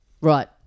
Right